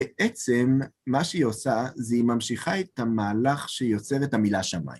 בעצם מה שהיא עושה זה היא ממשיכה את המהלך שיוצר את המילה שמיים.